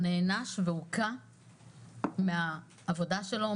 הוא נענש והוקע מן העבודה שלו,